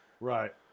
Right